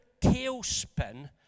tailspin